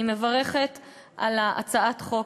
אני מברכת על הצעת החוק.